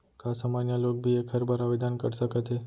का सामान्य लोग भी एखर बर आवदेन कर सकत हे?